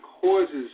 causes